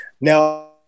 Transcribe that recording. Now